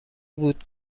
بود